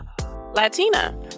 Latina